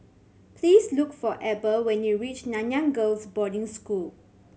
please look for Eber when you reach Nanyang Girls' Boarding School